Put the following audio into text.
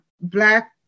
Black